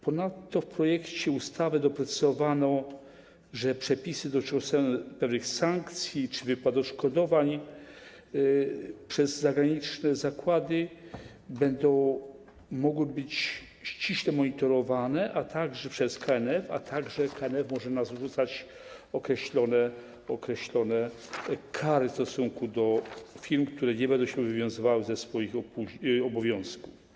Ponadto w projekcie ustawy doprecyzowano, że przepisy dotyczące pewnych sankcji czy wypłat odszkodowań przez zagraniczne zakłady będą mogły być ściśle monitorowane przez KNF, a także KNF może narzucać określone kary w stosunku do firm, które nie będą się wywiązywały ze swoich obowiązków.